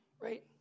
right